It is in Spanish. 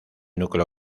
núcleo